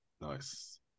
nice